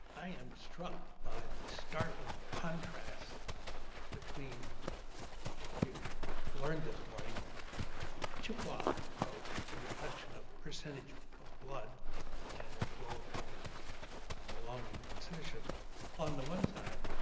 i am struck by the startling contrast between what we've learned this morning the chippewa approach to the question of percentage of blood and its role in belonging and citizenship on the one side,